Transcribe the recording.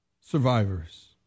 survivors